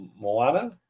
Moana